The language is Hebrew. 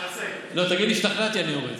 לא, תגיד: השתכנעתי, אני יורד.